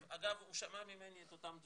אגב, הוא שמע ממני את אותם דברים.